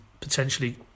potentially